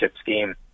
scheme